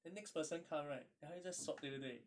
then next person come right then 他又再 swab 对不对